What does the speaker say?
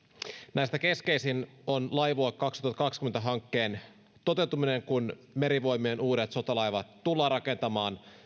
näistä keskeisin on laivue kaksituhattakaksikymmentä hankkeen toteutuminen kun merivoimien uudet sotalaivat tullaan rakentamaan